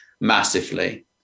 massively